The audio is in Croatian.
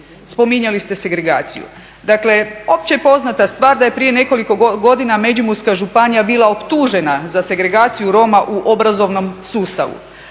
Spominjali ste segregaciju, dakle opće je poznata stvar da je prije nekoliko godina Međimurska županija bila optužena za segregaciju Roma u obrazovnom sustavu.